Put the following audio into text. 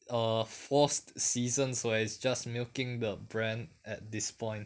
err forced season where it's just milking the brand at this point